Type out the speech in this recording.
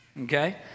okay